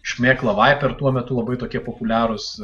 šmėklą vaiper tuomet labai tokie populiarūs